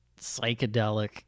Psychedelic